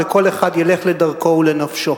וכל אחד ילך לדרכו ולנפשו?